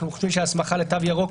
ההסמכה לתו ירוק,